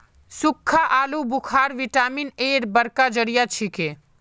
सुक्खा आलू बुखारा विटामिन एर बड़का जरिया छिके